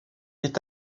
est